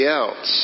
else